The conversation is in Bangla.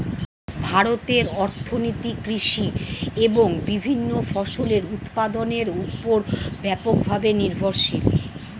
ভারতের অর্থনীতি কৃষি এবং বিভিন্ন ফসলের উৎপাদনের উপর ব্যাপকভাবে নির্ভরশীল